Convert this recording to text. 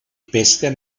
bester